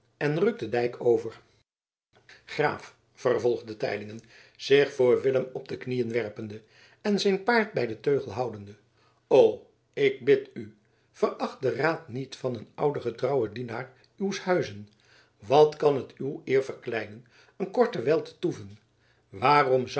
en rukt den dijk over graaf vervolgde teylingen zich voor willem op de knieën werpende en zijn paard bij den teugel houdende o ik bid u veracht den raad niet van een ouden getrouwen dienaar uws huizes wat kan het uw eer verkleinen een korte wijl te toeven waarom